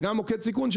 וגם מוקד סיכון,